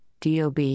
DOB